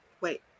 Wait